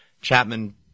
Chapman